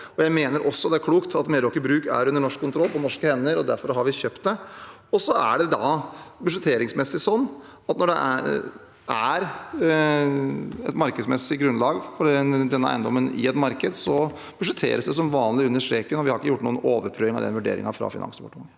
Jeg mener også det er klokt at Meraker Brug er under norsk kontroll, på norske hender, og derfor har vi kjøpt det. Så er det budsjetteringsmessig sånn at når det er et markedsmessig grunnlag for den eiendommen i et marked, budsjetteres det som vanlig under streken, og vi har ikke gjort noen overprøving av den vurderingen fra Finansdepartementet.